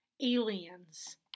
Aliens